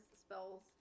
spells